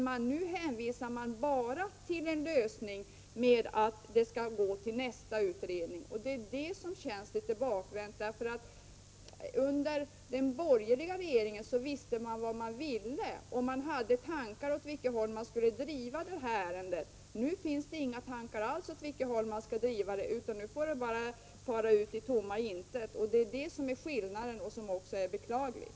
Man hänvisar bara till nästa utredning. Detta känns litet bakvänt. Under den borgerliga regeringen visste man vad man ville och hade tankar om åt vilket håll man skulle driva detta ärende. Nu finns inga tankar alls om vart man skall driva det, utan det får gå bara ut i tomma intet. Det är detta som är skillnaden och som också är beklagligt.